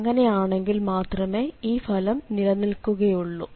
അങ്ങനെയാണെങ്കിൽ മാത്രമേ ഈ ഫലം നിലനിക്കുകയുള്ളു